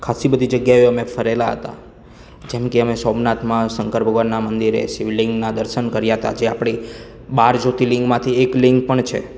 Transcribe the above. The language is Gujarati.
ખાસી બધી જગ્યાએ અમે ફરેલા હતા જેમ કે અમે સોમનાથમાં શંકર ભગવાનના મંદિરે શિવલિંગના દર્શન કર્યા હતા જે આપણી બાર જ્યોતિલિંગમાંથી એક લિંગ પણ છે